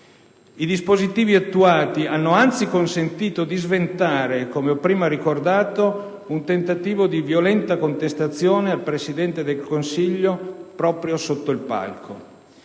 I dispositivi attuati hanno anzi consentito di sventare, come ho prima ricordato, un tentativo di violenta contestazione al Presidente del Consiglio proprio sotto il palco.